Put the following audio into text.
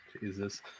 Jesus